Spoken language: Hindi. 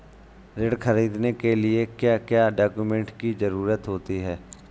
ऋण ख़रीदने के लिए क्या क्या डॉक्यूमेंट की ज़रुरत होती है?